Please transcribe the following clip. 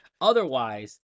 Otherwise